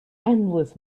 endless